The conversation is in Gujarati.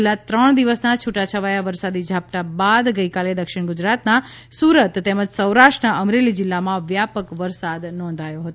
છેલ્લા ત્રણ દિવસના છુટા છવાયા વરસાદી ઝાપટા બાદ ગઈકાલે દક્ષિણ ગુજરાતના સુરત તેમજ સૌરાષ્ટ્રના અમરેલી જિલ્લામાં વ્યાપક વરસાદ નોંધાયો હતો